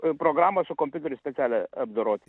programą su kompiuteriu specialią apdorot